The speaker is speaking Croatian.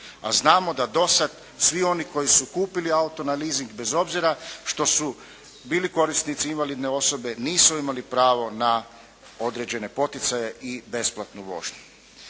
a znamo da do sad svi oni koji su kupili auto na leasing bez obzira što su bili korisnici invalidne osobe nisu imali pravo na određene poticaje i besplatnu vožnju.